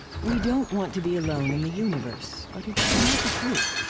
we don't want to be alone in the universe, but it's not the truth.